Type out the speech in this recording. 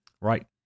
Right